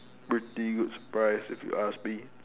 pretty good surprise if you ask me